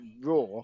Raw